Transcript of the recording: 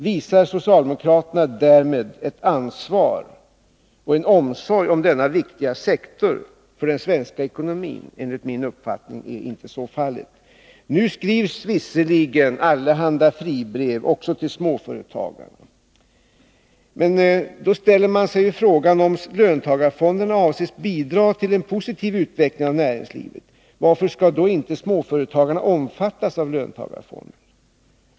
Visar socialdemokraterna därmed ett ansvar och en omsorg om denna viktiga sektor för den svenska ekonomin? Enligt min uppfattning är så inte fallet. Nu skrivs visserligen allehanda fribrev, också till småföretagarna. Men då ställer man sig frågan: Om löntagarfonderna avses bidra till en positiv utveckling av näringslivet — varför skall då inte småföretagarna omfattas av löntagarfonder?